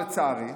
לצערי,